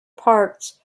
parts